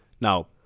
Now